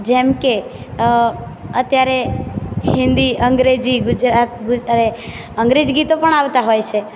જેમકે અત્યારે હિન્દી અંગ્રેજી અરે અંગ્રેજી ગીતો પણ આવતાં હોય છે